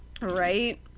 right